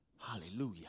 Hallelujah